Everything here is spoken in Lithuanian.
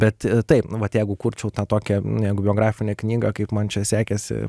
bet taip nu vat jeigu kurčiau tą tokią biografinę knygą kaip man čia sekėsi